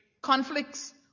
conflicts